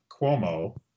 Cuomo